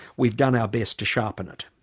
we've done our best to sharpen it.